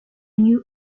new